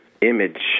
image